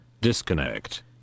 Disconnect